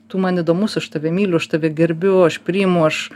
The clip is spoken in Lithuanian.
tu man įdomus aš tave myliu aš tave gerbiu aš priimu aš